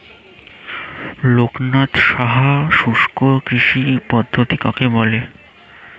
লোকনাথ সাহা শুষ্ককৃষি পদ্ধতি কাকে বলে?